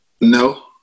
No